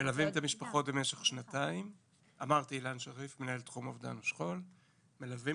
אילן שריף מנהל תחום אובדן שכול,